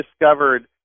discovered